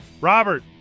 Robert